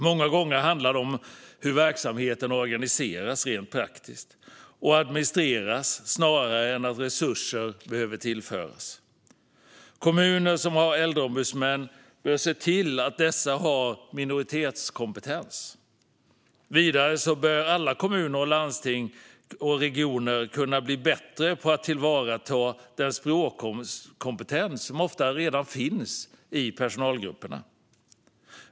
Många gånger handlar det snarare om hur verksamheten rent praktiskt organiseras och administreras än om att resurser behöver tillföras. Kommuner som har äldreombudsmän bör se till att dessa har minoritetskompetens. Vidare bör alla kommuner, landsting och regioner kunna bli bättre på att tillvarata den språkkompetens som ofta redan finns i personalgrupperna.